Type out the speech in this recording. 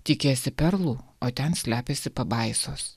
tikiesi perlų o ten slepiasi pabaisos